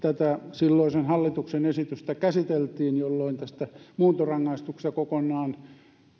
silloisen hallituksen esitystä käsiteltiin jolloin tästä muuntorangaistuksesta kokonaan tai